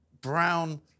brown